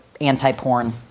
Anti-porn